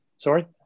Sorry